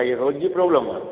अच्छा इहा रोज़ जी प्रॉब्लम आहे